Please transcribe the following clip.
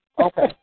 Okay